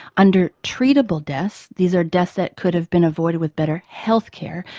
under treatable deaths, these are deaths that could have been avoided with better healthcare,